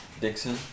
Dixon